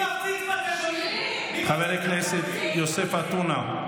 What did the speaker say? חבר הכנסת יוסף עטאונה.